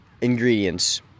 ingredients